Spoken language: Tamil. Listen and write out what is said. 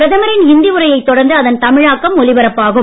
பிரதமரின் ஹிந்தி உரையை தொடர்ந்து அதன் தமிழாக்கமும் ஒலிப்பரப்பாகும்